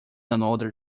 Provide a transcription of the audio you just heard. another